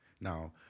Now